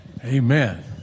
Amen